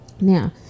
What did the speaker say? Now